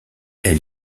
elle